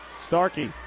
Starkey